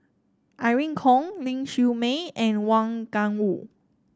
Irene Khong Ling Siew May and Wang Gungwu